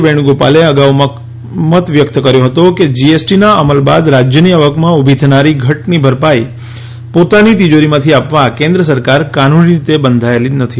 વેણુગોપાલે અગાઉ મત વ્યક્ત કર્યો હતો કે જીએસટીના અમલ બાદ રાજ્યોની આવકમાં ઊભી થનારી ઘટની ભરપાઈ પોતાની તિજોરીમાંથી આપવા કેદ્ર સરકાર કાનૂની રીતે બંધાયેલી નથી